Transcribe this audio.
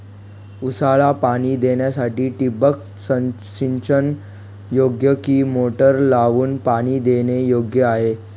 ऊसाला पाणी देण्यासाठी ठिबक सिंचन योग्य कि मोटर लावून पाणी देणे योग्य आहे?